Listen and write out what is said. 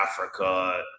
Africa